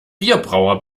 bierbrauer